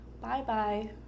bye-bye